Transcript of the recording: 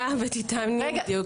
לא.